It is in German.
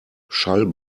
schall